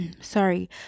Sorry